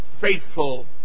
faithful